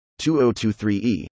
2023E